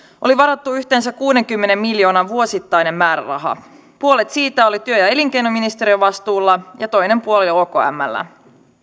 oli varattu yhteensä kuudenkymmenen miljoonan vuosittainen määräraha puolet siitä oli työ ja elinkeinoministeriön vastuulla ja toinen puoli okmllä